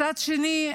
מצד שני,